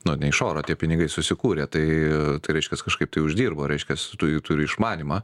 na ne iš oro tie pinigai susikūrė tai reiškias kažkaip tai uždirbo reiškias tu turi išmanymą